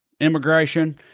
immigration